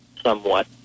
somewhat